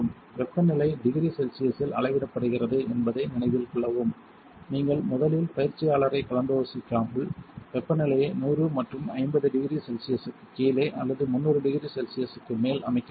வெப்பநிலை டிகிரி செல்சியஸில் அளவிடப்படுகிறது என்பதை நினைவில் கொள்ளவும் நீங்கள் முதலில் பயிற்சியாளரைக் கலந்தாலோசிக்காமல் வெப்பநிலையை 100 மற்றும் 50 டிகிரி செல்சியஸுக்குக் கீழே அல்லது 300 டிகிரி செல்சியஸுக்கு மேல் அமைக்க வேண்டும்